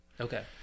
Okay